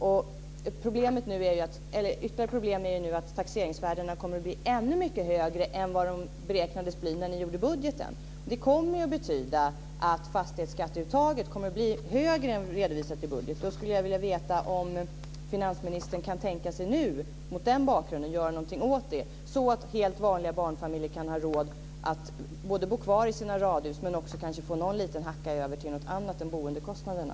Ytterligare ett problem är nu att taxeringsvärdena kommer att bli ännu mycket högre än vad de beräknades bli när ni gjorde budgeten. Det kommer att betyda att fastighetsskatteuttaget kommer att bli högre än vad som redovisas i budgeten. Jag skulle vilja veta om finansministern kan tänka sig nu, mot den bakgrunden, göra någonting åt det så att helt vanliga barnfamiljer kan ha råd att både bo kvar i sina radhus och också få någon liten hacka över till något annat än boendekostnaderna.